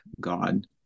God